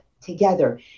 together